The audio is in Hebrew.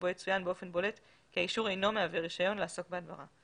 שבו יצוין באופן בולט כי האישור אינו מהווה רישיון לעסוק בהדברה.